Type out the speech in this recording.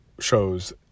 shows